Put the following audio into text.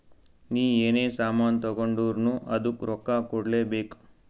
ನೀ ಎನೇ ಸಾಮಾನ್ ತಗೊಂಡುರ್ನೂ ಅದ್ದುಕ್ ರೊಕ್ಕಾ ಕೂಡ್ಲೇ ಬೇಕ್